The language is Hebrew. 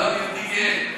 לא, יהודי גא.